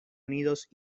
unidos